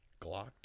Glocked